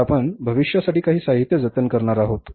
आता आपण भविष्यासाठी काही साहित्य जतन करणार आहोत